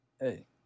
Hey